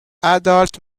adult